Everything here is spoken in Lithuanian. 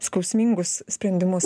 skausmingus sprendimus